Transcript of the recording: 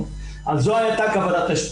בסוגיית הקרקעות ביהודה ושומרון.